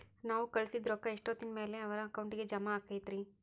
ನಾವು ಕಳಿಸಿದ್ ರೊಕ್ಕ ಎಷ್ಟೋತ್ತಿನ ಮ್ಯಾಲೆ ಅವರ ಅಕೌಂಟಗ್ ಜಮಾ ಆಕ್ಕೈತ್ರಿ?